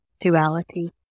duality